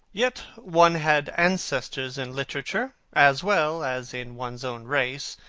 yet one had ancestors in literature as well as in one's own race,